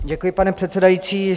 Děkuji, pane předsedající.